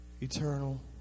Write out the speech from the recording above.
eternal